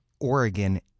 Oregon